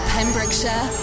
Pembrokeshire